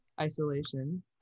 isolation